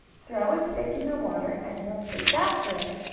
throw a stick in the water, and he'll chase after it.